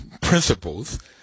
principles